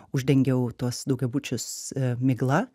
uždengiau tuos daugiabučius migla